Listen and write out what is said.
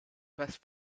best